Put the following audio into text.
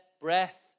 breath